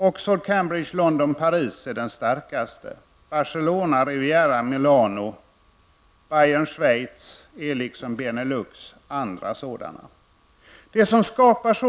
Oxford, Cambridge, London, Paris är den starkaste. Barcelona, Benelux är andra starka regioner.